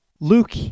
Luke